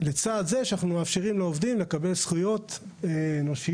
לצד כך שאנחנו מאפשרים לעובדים לקבל זכויות אנושיות,